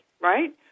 right